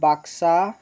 Baksa